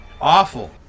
awful